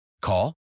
Call